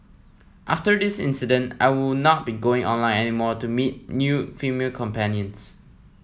after this incident I will not be going online any more to meet new female companions